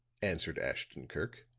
answered ashton-kirk,